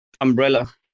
umbrella